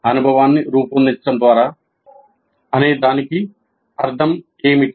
అనుభవాన్ని రూపొందించడం ద్వారా అనేదానికి అర్థం ఏమిటి